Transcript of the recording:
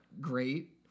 great